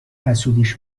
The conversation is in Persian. حسودیش